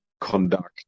conduct